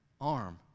arm